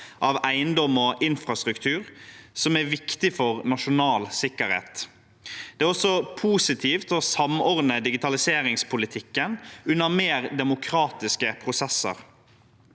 av eiendom og infrastruktur som er viktig for nasjonal sikkerhet. Det er også positivt å samordne digitaliseringspolitikken under mer demokratiske prosesser.